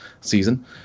season